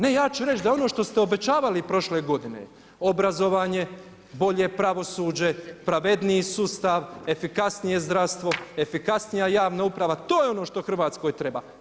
Ne, ja ću reći da ono što ste obećavali prošle godine obrazovanje, bolje pravosuđe, pravedniji sustav, efikasnije zdravstvo, efikasnija javna uprava to je ono što Hrvatskoj treba.